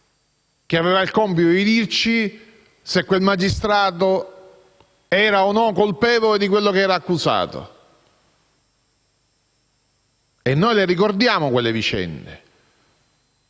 chi aveva il compito di dirci se quel magistrato fosse o no colpevole di quanto era accusato. E noi le ricordiamo quelle vicende.